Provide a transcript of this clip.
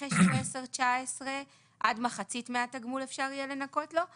נכה שהוא 10-19 עד מחצית מהתגמול אפשר יהיה לנכות לו,